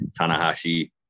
Tanahashi